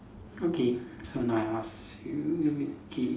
okay so now I ask you okay